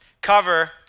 cover